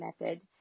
method